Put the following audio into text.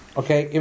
okay